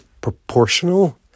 proportional